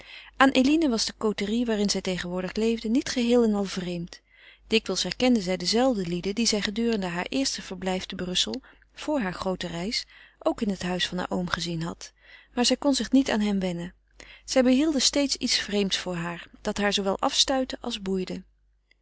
aan eline was de côterie waarin zij tegenwoordig leefde niet geheel en al vreemd dikwijls herkende zij de zelfde lieden die zij gedurende haar eerste verblijf te brussel vor hare groote reis ook in het huis haars ooms gezien had maar zij kon zich niet aan hen wennen zij behielden steeds iets vreemds voor haar dat haar zoowel afstuitte als boeide